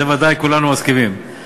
בזה ודאי כולנו מסכימים,